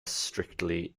strictly